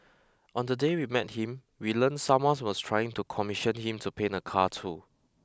on the day we met him we learnt someone was trying to commission him to paint a car too